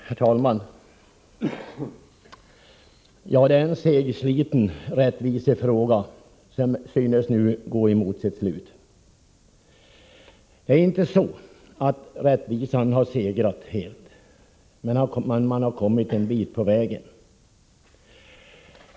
Herr talman! Det här är en segsliten rättvisefråga, som nu synes gå mot sin lösning. Det är inte så att rättvisan har segrat, men man har kommit en bit på väg.